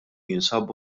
jinsabu